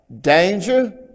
danger